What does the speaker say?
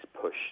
push